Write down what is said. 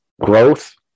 growth